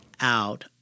out